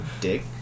dick